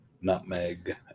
nutmeg